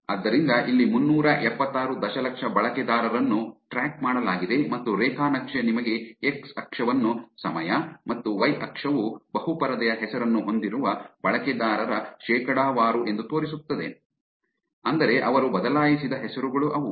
ಆದ್ದರಿಂದ ಇಲ್ಲಿ ಮುನ್ನೂರ ಎಪ್ಪತ್ತಾರು ದಶಲಕ್ಷ ಬಳಕೆದಾರರನ್ನು ಟ್ರ್ಯಾಕ್ ಮಾಡಲಾಗಿದೆ ಮತ್ತು ರೇಖಾ ನಕ್ಷೆ ನಿಮಗೆ ಎಕ್ಸ್ ಅಕ್ಷವನ್ನು ಸಮಯ ಮತ್ತು ವೈ ಅಕ್ಷವು ಬಹು ಪರದೆಯ ಹೆಸರನ್ನು ಹೊಂದಿರುವ ಬಳಕೆದಾರರ ಶೇಕಡಾವಾರು ಎಂದು ತೋರಿಸುತ್ತದೆ ಅಂದರೆ ಅವರು ಬದಲಾಯಿಸಿದ ಹೆಸರುಗಳು ಅವು